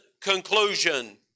conclusion